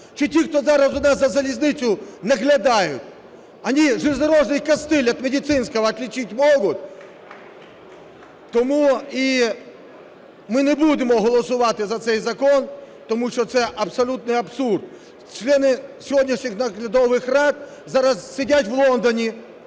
чи ті, хто зараз у нас за залізницею наглядають, они железнодорожный костыль от медицинского отличить могут? Тому ми і не будемо голосувати за цей закон, тому що це абсолютний абсурд. Члени сьогоднішніх наглядових рад зараз сидять в Лондоні